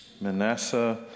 Manasseh